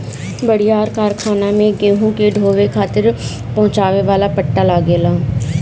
बड़ियार कारखाना में गेहूं के ढोवे खातिर पहुंचावे वाला पट्टा लगेला